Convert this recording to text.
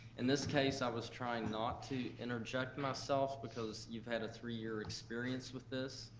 in this case i was trying not to interject myself, because you've had a three-year experience with this,